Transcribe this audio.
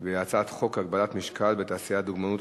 על הצעת חוק הגבלת משקל בתעשיית הדוגמנות,